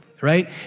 right